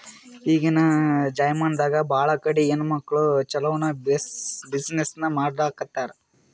ಈಗಿನ್ ಜಮಾನಾದಾಗ್ ಭಾಳ ಕಡಿ ಹೆಣ್ಮಕ್ಕುಳ್ ಛಲೋನೆ ಬಿಸಿನ್ನೆಸ್ ಮಾಡ್ಲಾತಾರ್